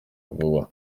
vuba